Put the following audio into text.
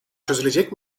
çözülecek